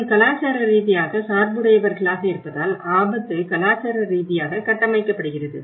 நாம் கலாச்சார ரீதியாக சார்புடையவர்களாக இருப்பதால் ஆபத்து கலாச்சார ரீதியாக கட்டமைக்கப்படுகிறது